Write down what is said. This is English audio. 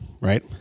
Right